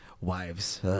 Wives